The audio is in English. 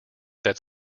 that